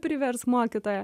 privers mokytoja